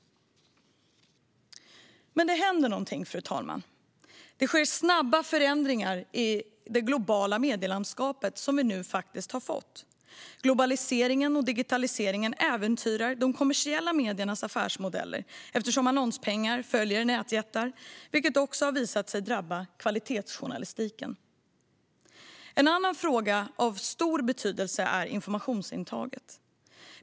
Men det händer någonting, fru talman. Det sker snabba förändringar i det globala medielandskap som vi nu faktiskt har fått. Globaliseringen och digitaliseringen äventyrar de kommersiella mediernas affärsmodeller eftersom annonspengar följer nätjättar, vilket också har visat sig drabba kvalitetsjournalistiken. En annan fråga av stor betydelse är informationsintaget.